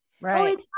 Right